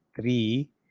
three